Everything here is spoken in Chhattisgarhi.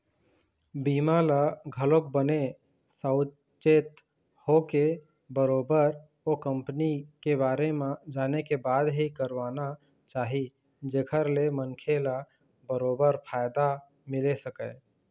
बीमा ल घलोक बने साउचेत होके बरोबर ओ कंपनी के बारे म जाने के बाद ही करवाना चाही जेखर ले मनखे ल बरोबर फायदा मिले सकय